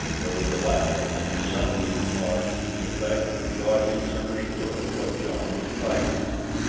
there was a laugh, and sundry remarks to the effect that the audience understood what john was driving at.